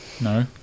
No